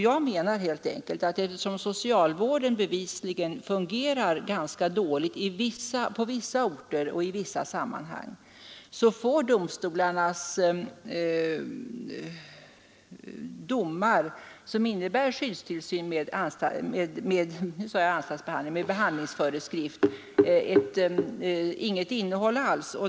Jag menar helt enkelt att eftersom socialvården bevisligen fungerar ganska dåligt på vissa orter och i vissa sammanhang så får domstolarnas domar, som innebär skyddstillsyn med behandlingsföreskrift, inget innehåll alls.